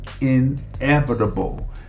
inevitable